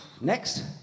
next